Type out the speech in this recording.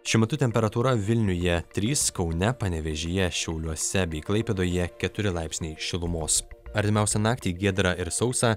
šiuo metu temperatūra vilniuje trys kaune panevėžyje šiauliuose bei klaipėdoje keturi laipsniai šilumos artimiausią naktį giedra ir sausa